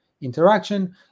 interaction